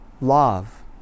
love